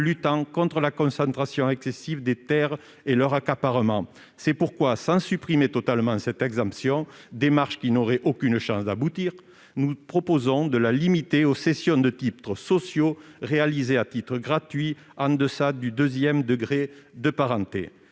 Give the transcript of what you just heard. luttant contre la concentration excessive des terres et leur accaparement. C'est pourquoi, sans supprimer totalement cette exemption, démarche qui n'aurait aucune chance d'aboutir, nous proposons de la limiter aux cessions de titres sociaux réalisées à titre gratuit en deçà du deuxième degré de parenté.